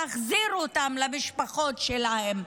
להחזיר אותם למשפחות שלהם,